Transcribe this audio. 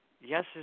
Yes